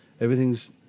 everything's